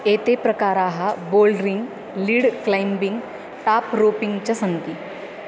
एते प्रकाराः bouldering lead climbing top roping च सन्ति